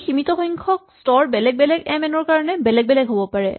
এই সীমিত সংখ্যক স্তৰ বেলেগ বেলেগ এম এন ৰ কাৰণে বেলেগ বেলেগ হ'ব পাৰে